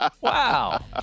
Wow